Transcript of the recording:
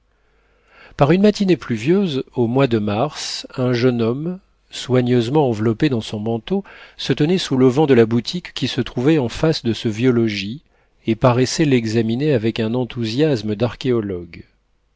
par une matinée pluvieuse au mois de mars un jeune homme soigneusement enveloppé dans son manteau se tenait sous l'auvent de la boutique qui se trouvait en face de ce vieux logis et paraissait l'examiner avec un enthousiasme d'archéologue